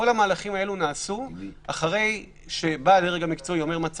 כל המהלכים האלו נעשו אחרי שהדרג המקצועי אמר מה צריך.